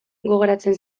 gogoratzen